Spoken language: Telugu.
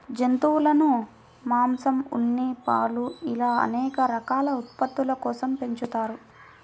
జంతువులను మాంసం, ఉన్ని, పాలు ఇలా అనేక రకాల ఉత్పత్తుల కోసం పెంచుతారు